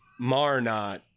Marnot